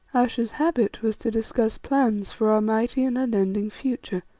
ayesha's habit was to discuss plans for our mighty and unending future,